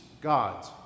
God's